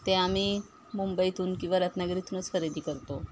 ते आम्ही मुंबईतून किंवा रत्नागिरीतूनच खरेदी करतो